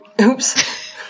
Oops